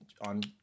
on